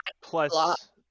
plus